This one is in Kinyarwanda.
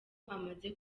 amaze